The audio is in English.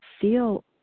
feel